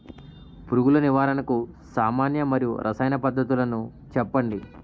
పురుగుల నివారణకు సామాన్య మరియు రసాయన పద్దతులను చెప్పండి?